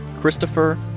Christopher